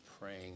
praying